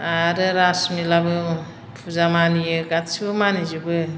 आरो रास मेलाबो फुजा मानियो गासैबो मानिजोबो